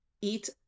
eat